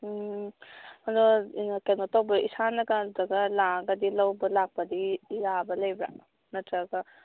ꯑꯗꯣ ꯀꯩꯅꯣ ꯇꯧꯕ꯭ꯔꯥ ꯏꯁꯥꯅꯒ ꯂꯥꯛꯑꯒꯗꯤ ꯂꯧꯕ ꯂꯥꯛꯄꯗꯤ ꯌꯥꯕ ꯂꯩꯕ꯭ꯔꯥ ꯅꯠꯇ꯭ꯔꯒ